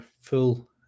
full